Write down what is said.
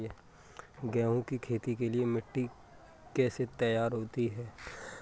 गेहूँ की खेती के लिए मिट्टी कैसे तैयार होती है?